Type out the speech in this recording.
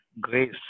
grace